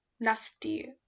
nasty